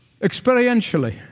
experientially